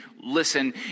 listen